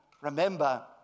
Remember